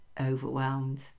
overwhelmed